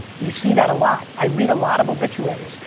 you see that a lot. i read a lot of obituaries,